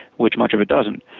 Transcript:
which much of it doesn't.